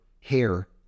hair